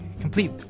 Complete